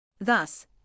Thus